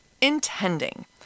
intending